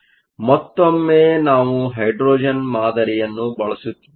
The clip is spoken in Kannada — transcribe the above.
ಆದ್ದರಿಂದ ಮತ್ತೊಮ್ಮೆ ನಾವು ಹೈಡ್ರೋಜನ್ ಮಾದರಿಯನ್ನು ಬಳಸುತ್ತಿದ್ದೇವೆ